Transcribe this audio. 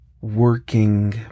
working